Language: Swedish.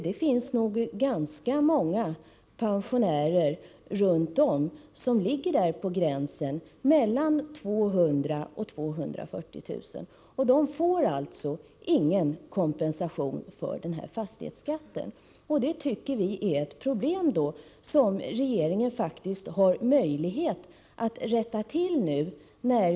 Det finns nog ganska många pensionärer runt om i landet som har hus vars taxeringsvärde ligger på gränsen mellan 200 000 och 240 000, och de får alltså ingen kompensation för denna fastighetsskatt. Det tycker vi är ett problem som regeringen faktiskt har möjlighet att rätta till.